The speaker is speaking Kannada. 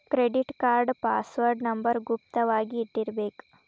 ಕ್ರೆಡಿಟ್ ಕಾರ್ಡ್ ಪಾಸ್ವರ್ಡ್ ನಂಬರ್ ಗುಪ್ತ ವಾಗಿ ಇಟ್ಟಿರ್ಬೇಕ